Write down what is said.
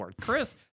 Chris